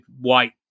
white